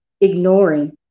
ignoring